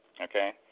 okay